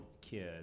kid